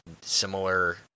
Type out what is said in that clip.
similar